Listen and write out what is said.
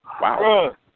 Wow